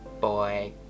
boy